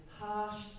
harsh